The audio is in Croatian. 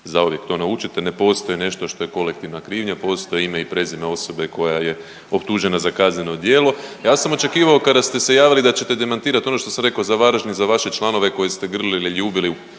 zauvijek to naučite. Ne postoji nešto što je kolektivna krivnja, postoji ime i prezime osobe koja je optužena za kazneno djelo. Ja sam očekivao kada ste se javili da ćete demantirati ono što sam rekao za Varaždin za vaše članove koje ste grlili, ljubili